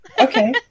Okay